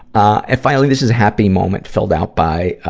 ah finally this is a happy moment filled out by, ah